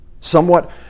somewhat